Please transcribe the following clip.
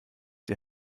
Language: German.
die